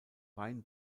wein